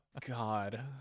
God